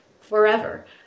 forever